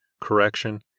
correction